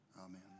Amen